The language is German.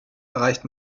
erreicht